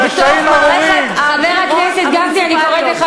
לא ייתכן שנשים לא